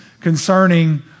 concerning